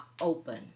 open